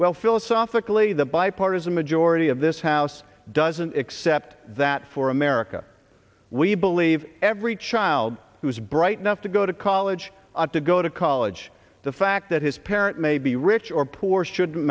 well philosophically the bipartisan majority of this house doesn't accept that for america we believe every child who is bright enough to go to college ought to go to college the fact that his parents may be rich or poor should